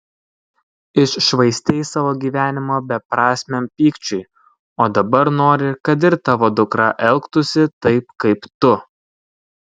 iššvaistei savo gyvenimą beprasmiam pykčiui o dabar nori kad ir tavo dukra elgtųsi taip kaip tu